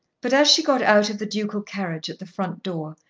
but as she got out of the ducal carriage at the front door,